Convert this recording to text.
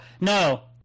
no